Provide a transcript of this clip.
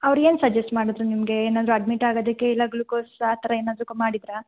ಅವ್ರು ಏನು ಸಜೆಸ್ಟ್ ಮಾಡಿದ್ರು ನಿಮಗೆ ಏನಾದ್ರೂ ಅಡ್ಮಿಟ್ ಆಗೋದಕ್ಕೆ ಇಲ್ಲ ಗ್ಲುಕೋಸ್ ಆ ಥರ ಏನಾದ್ರೂ ಮಾಡಿದರಾ